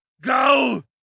Go